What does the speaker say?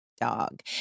dog